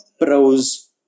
pros